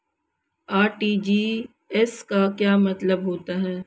RTGS का क्या मतलब होता है?